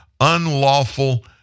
unlawful